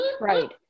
Right